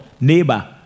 Neighbor